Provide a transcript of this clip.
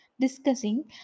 discussing